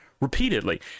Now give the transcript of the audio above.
repeatedly